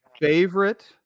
favorite